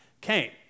came